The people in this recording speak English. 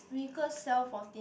miracle cell fourteen